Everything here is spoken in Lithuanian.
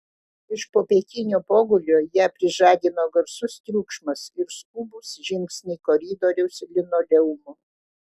iš popietinio pogulio ją prižadino garsus triukšmas ir skubūs žingsniai koridoriaus linoleumu